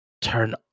turn